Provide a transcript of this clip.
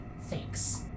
thanks